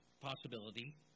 possibility